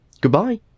Goodbye